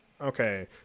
Okay